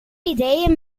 ideeën